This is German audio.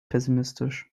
pessimistisch